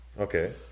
Okay